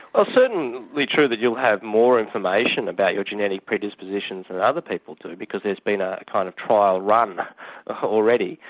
ah certainly true that you'll have more information about your genetic predispositions than other people do because there's been a kind of trial run and already.